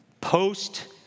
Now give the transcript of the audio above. post